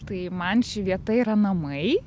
tai man ši vieta yra namai